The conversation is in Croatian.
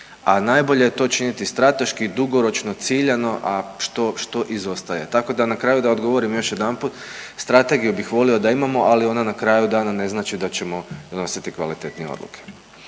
a najbolje je to činiti strateški, dugoročno, ciljano, a što izostaje. Tako da, na kraju, da odgovorim još jedanput, strategiju bih volio da imamo, ali ona na kraju dana ne znači da ćemo donositi kvalitetnije odluke.